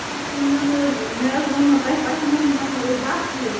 اَسہِ چھُ نیُن حظ مےٚ حظ ووٚنمو تۄہہِ پشمیٖن نِمو أسۍ دہ پیٖس